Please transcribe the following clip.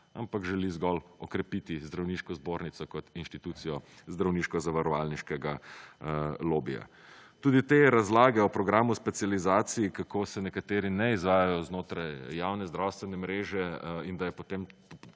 ampak želi zgolj okrepiti Zdravniško zbornico kot institucijo zdravniško zavarovalniškega lobija. Tudi te razlaga o programu specializacij kako se nekateri ne izvajajo znotraj javne zdravstvene mreže in da je, potem